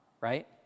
right